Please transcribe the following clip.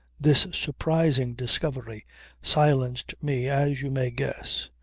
this surprising discovery silenced me as you may guess.